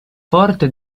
forte